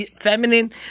feminine